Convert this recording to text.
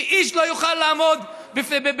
כי איש לא יוכל לעמוד בדרככם,